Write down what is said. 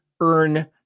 earn